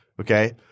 Okay